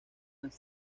las